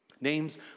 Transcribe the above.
Names